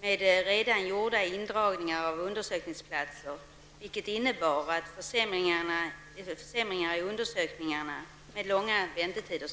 med redan gjorda indragningar av undersökningsplatser. Detta fick till följd försämringar i undersökningarna och långa väntetider.